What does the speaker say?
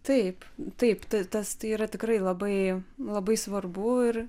taip taip ta tas tai yra tikrai labai labai svarbu ir